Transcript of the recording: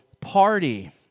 party